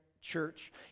church